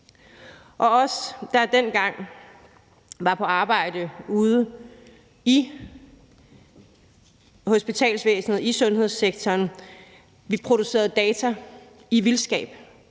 Vi, der dengang var på arbejde i sundhedssektoren producerede data i vildskab.